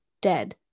dead